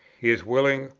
he is willing,